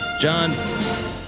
John